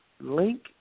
link